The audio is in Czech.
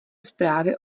zprávy